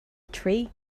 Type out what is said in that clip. three